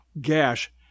gash